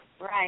Right